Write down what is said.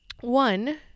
one